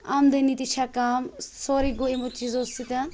آمدٲنی تہِ چھےٚ کَم سورٕے گوٚو یِمَو چیٖزَو سۭتۍ